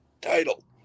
title